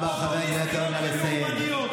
אומרים שאנחנו?